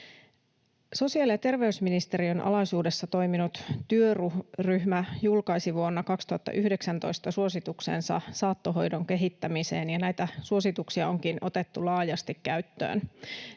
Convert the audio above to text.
Sosiaali- ja terveysministeriön alaisuudessa toiminut työryhmä julkaisi vuonna 2019 suosituksensa saattohoidon kehittämiseen, ja näitä suosituksia onkin otettu laajasti käyttöön.